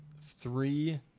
three